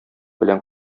белән